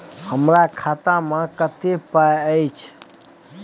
हमरा खाता में कत्ते पाई अएछ?